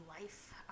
Life